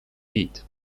heat